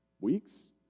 Weeks